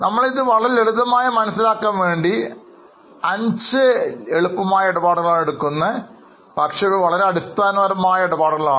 നമ്മൾ ഇത് വളരെ ലളിതമായി മനസ്സിൽ ആക്കാൻ വേണ്ടി 5 എളുപ്പമായ ഇടപാടുകൾ ആണ് എടുക്കുന്നത് പക്ഷേ ഇവ വളരെ അടിസ്ഥാനപരമായ ഇടപാടുകളാണ്